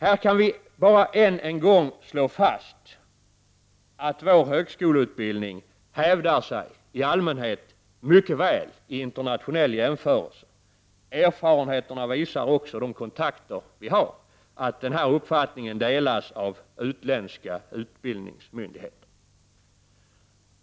Här kan vi bara än en gång slå fast att vår högskoleutbildning hävdar sig mycket väl vid en internationell jämförelse. Erfarenheterna och de kontakter vi har visar också att denna uppfattning delas av utländska utbildningsmyndigheter.